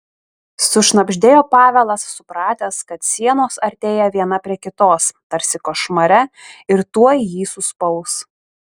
sušnabždėjo pavelas supratęs kad sienos artėja viena prie kitos tarsi košmare ir tuoj jį suspaus